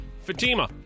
Fatima